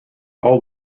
all